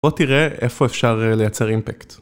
בוא תראה איפה אפשר לייצר אימפקט